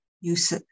use